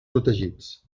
protegits